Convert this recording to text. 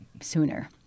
sooner